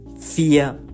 fear